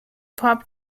pop